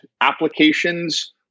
applications